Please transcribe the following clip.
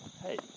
hey